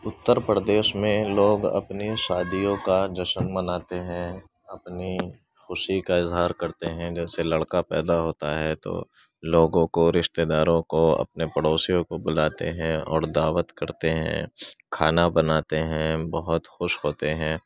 اُترپردیش میں لوگ اپنی شادیوں کا جشن مناتے ہیں اپنی خوشی کا اظہار کرتے ہیں جیسے لڑکا پیدا ہوتا ہے تو لوگوں کو رشتے داروں کو اپنے پڑوسیوں کو بلاتے ہیں اور دعوت کرتے ہیں کھانا بناتے ہیں بہت خوش ہوتے ہیں